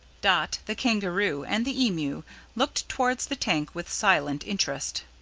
dot, the kangaroo, and the emu looked towards the tank with silent interest.